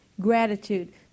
Gratitude